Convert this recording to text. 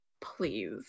please